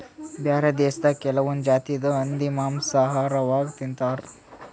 ಬ್ಯಾರೆ ದೇಶದಾಗ್ ಕೆಲವೊಂದ್ ಜಾತಿದ್ ಹಂದಿ ಮಾಂಸಾ ಆಹಾರವಾಗ್ ತಿಂತಾರ್